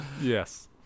yes